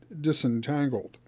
disentangled